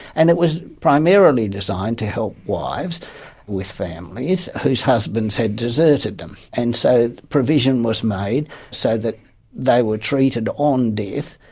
and it was primarily designed to help wives with families whose husbands had deserted them, and so provision was made so that they were treated, on death,